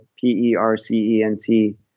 P-E-R-C-E-N-T